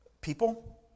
People